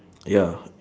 ya